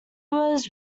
was